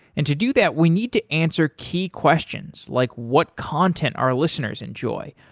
and to do that, we need to answer key questions, like what content our listeners enjoy,